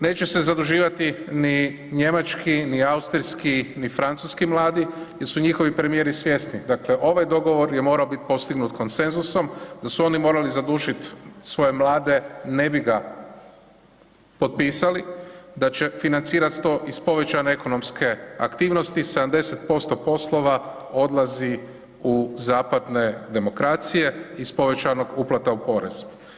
Neće se zaduživati ni njemački, ni austrijski, ni francuski mladi jer su njihovi premijeri svjesni, dakle ovaj dogovor je morao bit postignut konsenzusom, da su oni morali zadužit svoje mlade ne bi ga potpisali, da će financirati to iz povećane ekonomske aktivnosti, 70% poslova odlazi u zapadne demokracije iz povećanog uplata u porez.